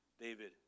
David